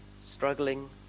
struggling